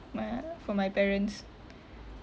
ma~ for my parents